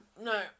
no